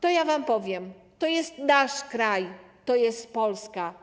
To ja wam powiem: to jest nasz kraj, to jest Polska.